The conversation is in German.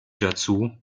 dazu